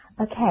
Okay